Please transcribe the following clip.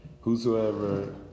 Whosoever